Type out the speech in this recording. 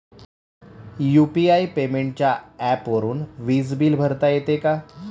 UPI पेमेंटच्या ऍपवरुन वीज बिल भरता येते का?